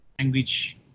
language